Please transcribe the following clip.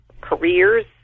careers